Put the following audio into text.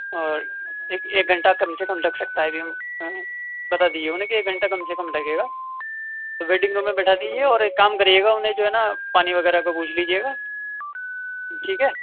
اور ایک ایک گھنٹہ کم سے کم لگ سکتا ہے ابھی ہم بتا دیجیے انہیں کہ ایک گھنٹہ کم سے کم لگے گا ویٹنگ روم میں بیٹھا دیجیے اور ایک کام کریے گا انہیں جو ہے نا پانی وغیرہ کا پوچھ لیجیے گا ٹھیک ہے